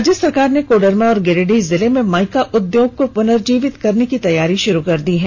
राज्य सरकार ने कोडरमा और गिरिडीह जिले में माइका उद्योग को पुर्नजिवित करने की तैयारी शुरू कर दी है